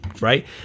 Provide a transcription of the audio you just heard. right